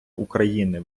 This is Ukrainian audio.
україни